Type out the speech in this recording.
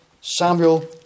Samuel